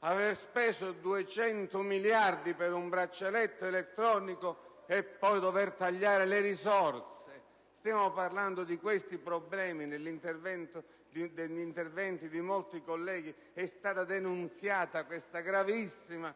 aver speso 200 miliardi di vecchie lire per un braccialetto elettronico e poi dover tagliare le risorse? Stiamo parlando di questi problemi. Negli interventi di molti colleghi è stata denunziata la gravissima